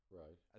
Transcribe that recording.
right